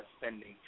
spending